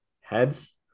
Heads